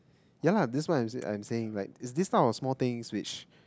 ya lah that's why I'm I'm saying like it's this type of small things which